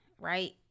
right